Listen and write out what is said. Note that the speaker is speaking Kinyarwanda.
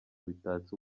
bitatse